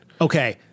Okay